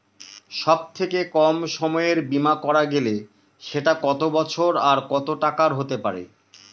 সব থেকে কম সময়ের বীমা করা গেলে সেটা কত বছর আর কত টাকার হতে পারে?